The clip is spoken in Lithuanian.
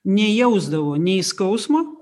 nejausdavo nei skausmo